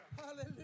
Hallelujah